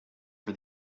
for